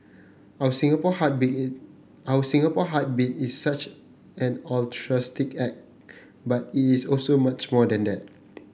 our Singapore Heartbeat is our Singapore Heartbeat is such altruistic act but it is also much more than that